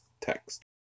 text